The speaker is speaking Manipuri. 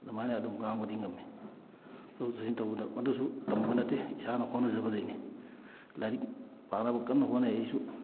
ꯑꯗꯨꯃꯥꯏꯅ ꯑꯗꯨꯝ ꯉꯥꯡꯕꯗꯤ ꯉꯝꯃꯤ ꯆꯠꯊꯣꯛ ꯆꯠꯁꯤꯟ ꯇꯧꯕꯗ ꯃꯗꯨꯁꯨ ꯇꯝꯕ ꯅꯠꯇꯦ ꯏꯁꯥꯅ ꯍꯣꯠꯅꯖꯕꯗꯩꯅꯤ ꯂꯥꯏꯔꯤꯛ ꯄꯥꯅꯕ ꯀꯟꯅ ꯍꯣꯠꯅꯩ ꯑꯩꯁꯨ